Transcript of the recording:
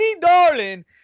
darling